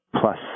plus